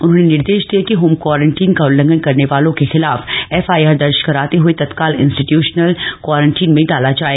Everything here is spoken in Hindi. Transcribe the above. उन्होंने निर्देश दिए कि होम क्वारंटीन का उल्लंघन करने वालों के खिलाफ एफआईआर दर्ज कराते हुए तत्काल इंस्टीट्यूशनल क्वारंटी में डाला जाए